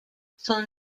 son